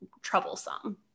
troublesome